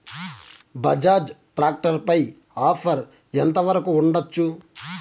Bajaj tractor పై offer ఎంత వరకు ఉండచ్చు?